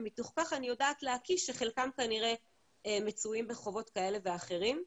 ומתוך כך אני יודעת להקיש שחלקם כנראה מצויים בחובות כאלה ואחרים.